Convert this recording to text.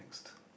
next